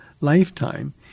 lifetime